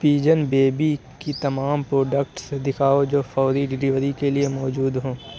Pigeon baby کی تمام products دکھاؤ جو فوری ڈیلیوری کے لیے موجود ہوں